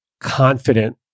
confident